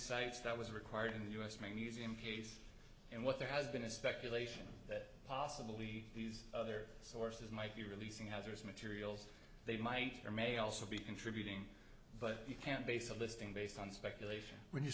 sites that was required in the us museum case and what there has been a speculation that possibly these other sources might be releasing hazardous materials they might or may also be contributing but you can't base a listing based on speculation when you